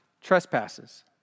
trespasses